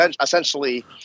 essentially